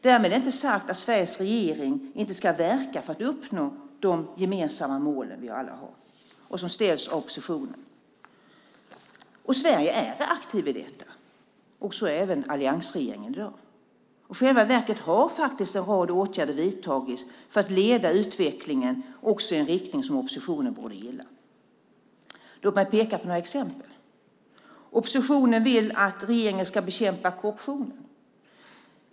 Därmed inte sagt att Sveriges regering inte ska verka för att uppnå de gemensamma mål som vi alla har och som ställs av oppositionen. Sverige är aktivt i dessa frågor, så även alliansregeringen. I själva verket har en rad åtgärder vidtagits för att leda utvecklingen i en riktning som också oppositionen borde gilla. Låt mig peka på några exempel. Oppositionen vill att regeringen ska bekämpa korruptionen.